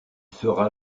sera